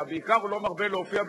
הלאה,